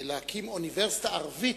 להקים אוניברסיטה ערבית,